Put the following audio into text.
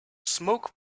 smoke